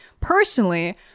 personally